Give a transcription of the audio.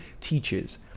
teaches